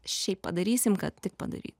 šiaip padarysim kad tik padaryti